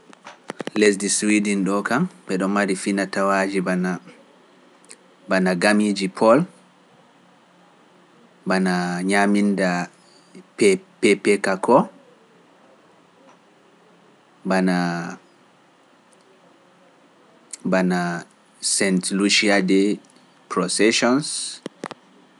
Lesdi Suidin ɗo kam, mbeɗo mari finatawaaji bana gamiiji Pool, bana ñaminda PPPK ko, bana Saint Lucia de Procession.